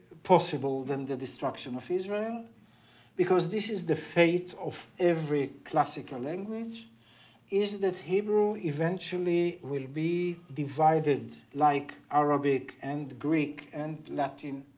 possible than the destruction of israel because this is the fate of every classical language is that hebrew eventually will be divided, like arabic and greek and latin,